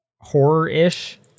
horror-ish